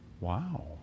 wow